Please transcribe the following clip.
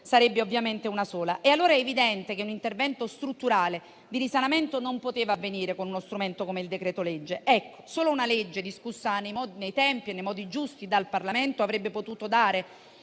sarebbe una sola. È evidente allora che un intervento strutturale di risanamento non poteva avvenire con uno strumento come il decreto-legge e che solo una legge, discussa nei tempi e nei modi giusti dal Parlamento, avrebbe potuto dare